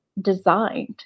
designed